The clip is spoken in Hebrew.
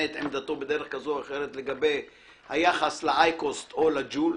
את עמדתו בדרך כזו או אחרת לגבי היחס לאייקוסט או לג'ול,